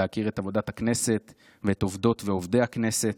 להכיר את עבודת הכנסת ואת עובדות ועובדי הכנסת,